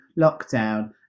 lockdown